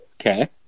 Okay